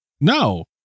No